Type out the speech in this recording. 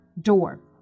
door